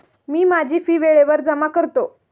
मी माझी फी वेळेवर जमा करतो